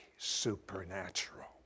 Supernatural